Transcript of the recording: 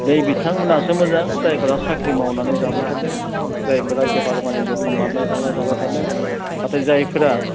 नै बिथांमोनासो मोजां जायफोरा साख्रि मावनानै जाबाय थादों जायफोरा बेफार बानिज्य' खालामना बाय बानला जाबाय थादों नाथाय जायफोरा